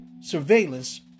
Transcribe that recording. surveillance